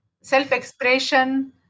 self-expression